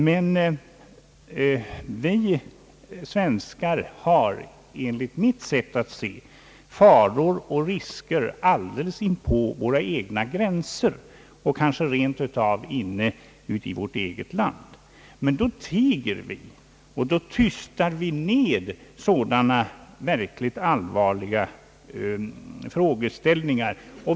Vi har emellertid, enligt mitt sätt att se, faror och risker alldeles inpå våra egna gränser, ja kanske rent av inne i landet. Men då tiger vi och då tystar vi ned verkligt allvarliga frågeställningar.